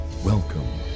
Welcome